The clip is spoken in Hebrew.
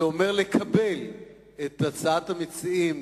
זה אומר לקבל את הצעת המציעים,